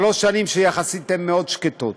שלוש שנים שיחסית הן מאוד שקטות.